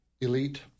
Elite